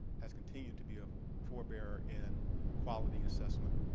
has continued to be a fore bearer in quality assessment.